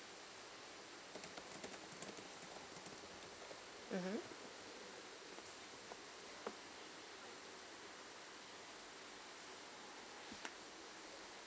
mmhmm